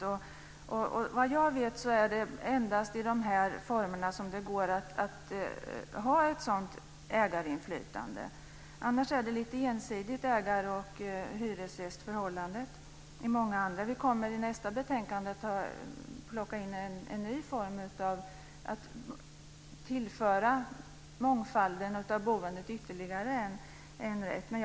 Såvitt jag vet är det endast i dessa former som det går att ha ett sådant ägarinflytande, annars är förhållandet mellan ägare och hyresgäster lite ensidigt. Vi kommer vid behandlingen av nästa betänkande att diskutera att man ska tillföra mångfalden i boendet ytterligare ett alternativ.